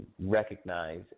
recognize